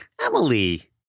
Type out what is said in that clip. emily